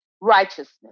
Righteousness